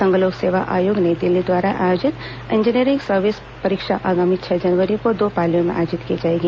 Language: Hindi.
संघ लोक सेवा आयोग नई दिल्ली द्वारा आयोजित इंजीनियरिंग सर्विस परीक्षा आगामी छह जनवरी को दो पालियों में आयोजित की जाएगी